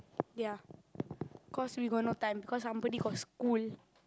ya cause we got no time cause somebody got school